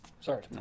Sorry